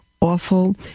awful